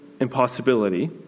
impossibility